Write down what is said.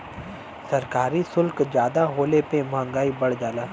सरकारी सुल्क जादा होले पे मंहगाई बढ़ जाला